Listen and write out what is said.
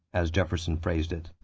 as jefferson phrased it.